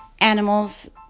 animals